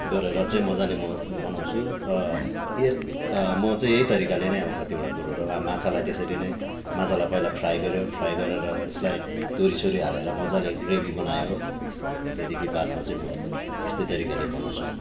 गरेर चाहिँ मजाले म बनाउँछु र यस म चाहिँ यही तरिकाले नै कतिवटा कुरोहरू माछालाई त्यसरी नै माछालाई पहिला फ्राई गऱ्यो फ्राई गरेर त्यसलाई तोरी सोरी हालेर मजाले ग्रेभी बनायो त्यहाँदेखि बादमा चाहिँ म त्यस्तै तरिकाले बनाउँछु